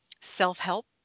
self-help